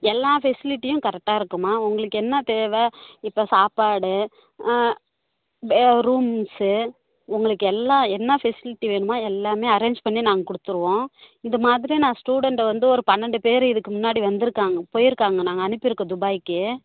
எல்லா ஃபெஸ்லிட்டியும் கரெக்டாக இருக்கும்மா உங்களுக்கு என்ன தேவை இப்போ சாப்பாடு பே ரூம்ஸு உங்களுக்கு எல்லா என்னா ஃபெசிலிட்டி வேணுமோ எல்லாமே அரேஞ்ச் பண்ணி நாங்கள் கொடுத்துருவோம் இது மாதிரி நான் ஸ்டூடெண்ட்டை வந்து ஒரு பன்னெண்டு பேர் இதுக்கு முன்னாடி வந்துருக்காங்க போயி இருக்காங்க நாங்கள் அனுப்பி இருக்கோம் துபாயிக்கு